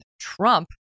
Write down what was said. Trump